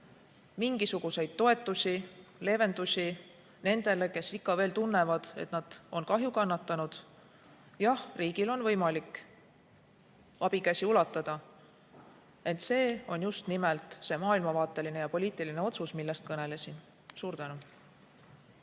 mingisuguseid toetusi või leevendusi nendele, kes ikka veel tunnevad, et nad on kahju kannatanud? Jah, riigil on võimalik abikäsi ulatada. Ent see on just nimelt see maailmavaateline ja poliitiline otsus, millest kõnelesin. Suur tänu!